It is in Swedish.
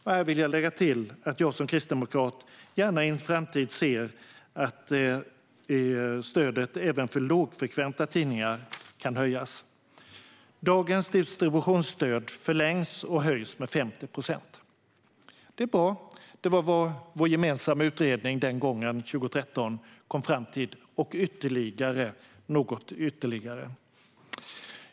Här vill jag lägga till att jag som kristdemokrat i en framtid gärna ser att även stödet för lågfrekventa tidningar kan höjas. Dagens distributionsstöd förlängs och höjs med 50 procent. Detta är bra. Det var vad vår gemensamma utredning 2013 kom fram till och ytterligare något.